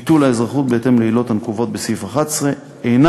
ביטול האזרחות בהתאם לעילות הנקובות בסעיף 11 אינה